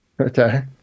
Okay